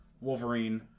Wolverine